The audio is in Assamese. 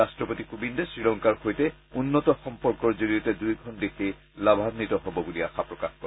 ৰাট্টপতি কোবিন্দে শ্ৰীলংকাৰ সৈতে উন্নত সম্পৰ্কৰ জৰিয়তে দুয়োখন দেশেই লাভান্বিত হ'ব বুলি আশা প্ৰকাশ কৰে